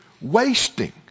wasting